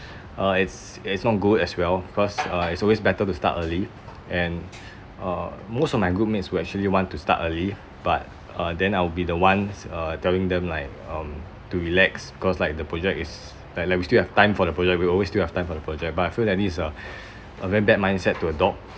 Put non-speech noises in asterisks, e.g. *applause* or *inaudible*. uh it's it's not good as well because uh it's always better to start early and uh most of my group mates who actually want to start early but uh then I'll be the ones uh telling them like um to relax cause like the project is li~ like we still have time for the project we will always still have time for the project but I feel that this is a *breath* a very bad mindset to adopt